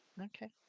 okay